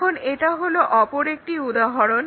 এখন এটা হলো অপর একটি উদাহরণ